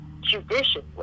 judiciously